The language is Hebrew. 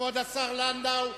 כבוד השר לנדאו,